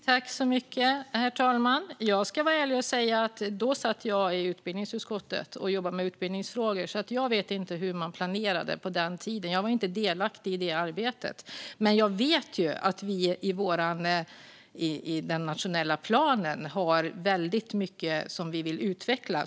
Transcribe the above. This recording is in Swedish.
Herr talman! Jag ska vara ärlig och säga att jag satt i utbildningsutskottet och jobbade med utbildningsfrågor då. Jag vet inte hur man planerade på den tiden - jag var inte delaktig i det arbetet - men jag vet att vi i den nationella planen har väldigt mycket som vi vill utveckla.